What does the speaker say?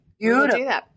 beautiful